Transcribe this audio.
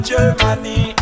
Germany